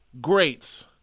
greats